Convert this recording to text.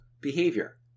behavior